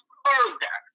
further